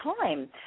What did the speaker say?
time